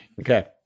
Okay